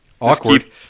awkward